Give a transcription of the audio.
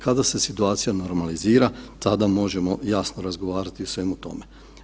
Kada se situacija normalizira, tada možemo, jasno, razgovarati o svemu tome.